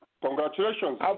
Congratulations